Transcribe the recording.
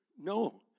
no